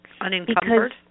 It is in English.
Unencumbered